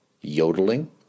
yodeling